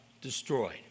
destroyed